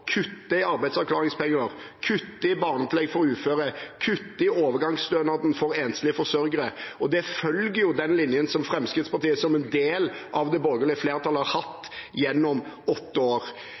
kutte i arbeidsavklaringspenger, kutte i barnetillegg for uføre og kutte i overgangsstønaden for enslige forsørgere. Det følger jo den linjen som Fremskrittspartiet som en del av det borgerlige flertallet har hatt gjennom åtte år.